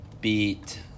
beat